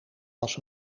was